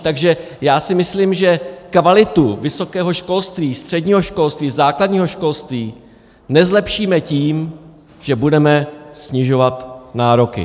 Takže si myslím, že kvalitu vysokého školství, středního školství, základního školství nezlepšíme tím, že budeme snižovat nároky.